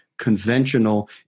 conventional